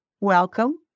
welcome